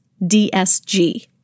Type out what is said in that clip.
DSG